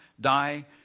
die